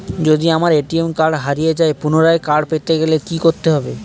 যদি আমার ATM card হারিয়ে যায় পুনরায় কার্ড পেতে গেলে কি করতে হবে?